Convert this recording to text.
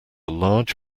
large